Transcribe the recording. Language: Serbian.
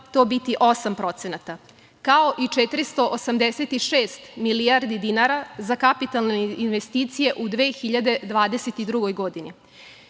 to biti 8%, kao i 486 milijardi dinara za kapitalne investicije u 2022. godini.S